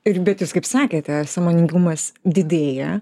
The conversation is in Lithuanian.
ir bet jūs kaip sakėte sąmoningumas didėja